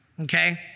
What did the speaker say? Okay